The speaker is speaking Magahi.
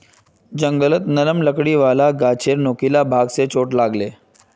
जंगलत नरम लकड़ी वाला गाछेर नुकीला भाग स चोट लाग ले